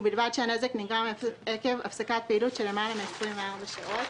ובלבד שהנזק נגרם עקב הפסקת פעילות של למעלה מ-24 שעות.